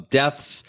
deaths